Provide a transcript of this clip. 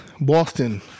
Boston